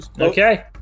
okay